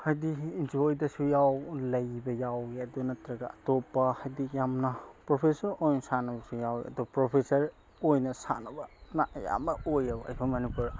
ꯍꯥꯏꯗꯤ ꯏꯟꯖꯣꯏꯗꯁꯨ ꯂꯩꯕ ꯌꯥꯎꯏ ꯑꯗꯨꯅ ꯅꯠꯇ꯭ꯔꯒ ꯑꯇꯣꯞꯄ ꯍꯥꯏꯗꯤ ꯌꯥꯝꯅ ꯄ꯭ꯔꯣꯐꯦꯁꯟ ꯑꯣꯏꯅ ꯁꯥꯟꯅꯕꯁꯨ ꯌꯥꯎꯏ ꯑꯗꯣ ꯄ꯭ꯔꯣꯐꯦꯁꯟ ꯑꯣꯏꯅ ꯁꯥꯟꯅꯕꯅ ꯑꯌꯥꯝꯕ ꯑꯣꯏꯌꯦꯕ ꯑꯩꯈꯣꯏ ꯃꯅꯤꯄꯨꯔꯗ